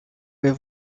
way